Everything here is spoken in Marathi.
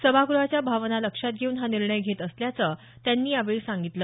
सभागृहाच्या भावना लक्षात घेऊन हा निर्णय घेत असल्याचं त्यांनी यावेळी सांगितलं